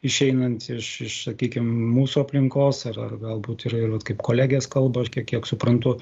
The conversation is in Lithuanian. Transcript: išeinant iš iš sakykim mūsų aplinkos ar galbūt ir vat kaip kolegės kalba aš kiek kiek suprantu